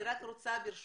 אני רק רוצה, ברשותך,